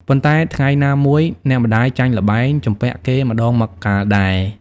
ប៉ុន្តែថ្ងៃណាមួយអ្នកម្ដាយចាញ់ល្បែង ជំពាក់គេម្ដងម្កាលដែរ ។